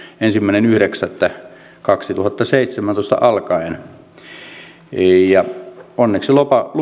ensimmäinen yhdeksättä kaksituhattaseitsemäntoista alkaen onneksi